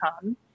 come